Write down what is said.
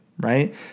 Right